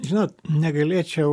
žinot negalėčiau